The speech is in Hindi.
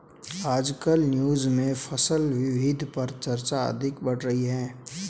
आजकल न्यूज़ में फसल विविधता पर चर्चा अधिक बढ़ गयी है